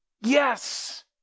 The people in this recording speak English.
Yes